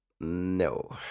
no